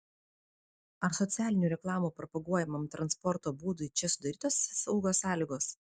ar socialinių reklamų propaguojamam transporto būdui čia sudarytos saugios sąlygos